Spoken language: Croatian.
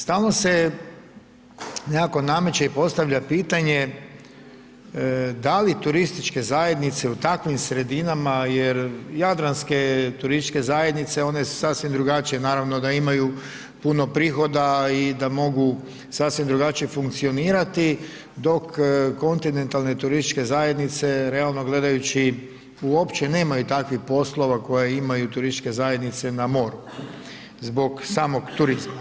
Stalno se nekako nameće i postavlja pitanje da li turističke zajednice u takvim sredinama jer jadranske turističke zajednice one su sasvim drugačije, naravno da imaju puno prihoda i da mogu sasvim drugačije funkcionirati dok kontinentalne turističke zajednice realno gledajući uopće nemaju takvih poslova koje imaju turističke zajednice na moru zbog samog turizma.